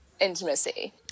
intimacy